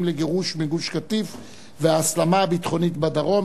לגירוש מגוש-קטיף וההסלמה הביטחונית בדרום,